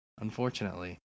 unfortunately